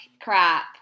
crap